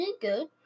Good